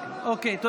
אני אמרתי ועברתי.